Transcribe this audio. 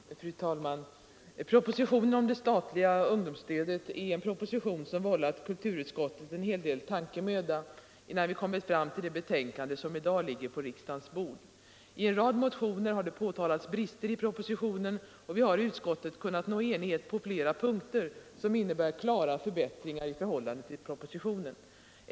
Fru talman! Propositionen om det statliga ungdomsstödet är någonting som har vållat kulturutskottet en hel del tankemöda, innan vi har kommit fram till det betänkande som i dag ligger på riksdagens bord. I en rad motioner har det påtalats brister i propositionen, och vi har i utskottet kunnat nå enighet på flera punkter som innebär klara förbättringar i förhållande till propositionen.